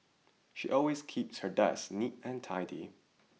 she always keeps her desk neat and tidy